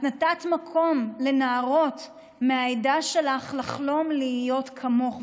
את נתת מקום לנערות מהעדה שלך לחלום להיות כמוך,